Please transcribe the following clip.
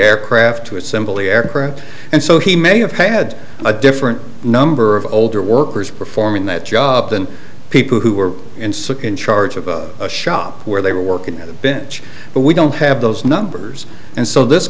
aircraft to assemble the air and so he may have had a different number of older workers performing that job than people who were in sick in charge of a shop where they were working at the bench but we don't have those numbers and so this